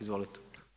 Izvolite.